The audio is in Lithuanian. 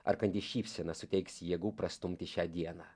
ar kandi šypsena suteiks jėgų prastumti šią dieną